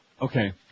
Okay